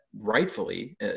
rightfully